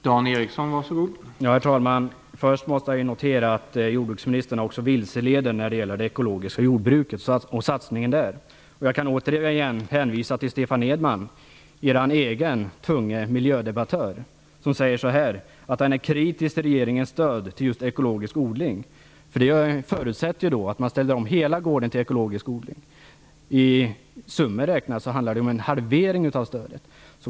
Herr talman! Först måste jag notera att jordbruksministern också vilseleder när det gäller det ekologiska jordbruket och satsningen där. Jag kan återigen hänvisa till Stefan Edman, er egen tunge miljödebattör. Han säger att han är kritisk till regeringens stöd till just ekologisk odling, därför att det förutsätter att man ställer om hela gården till ekologisk odling. I pengar räknat handlar det om en halvering av stödet.